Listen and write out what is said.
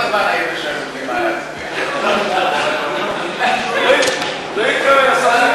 ההצעה להעביר את הנושא לוועדת הפנים והגנת הסביבה